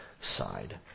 side